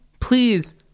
please